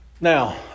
Now